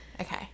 Okay